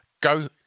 go